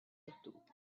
projectile